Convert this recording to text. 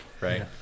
right